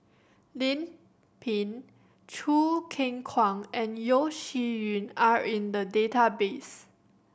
Lim Pin Choo Keng Kwang and Yeo Shih Yun are in the database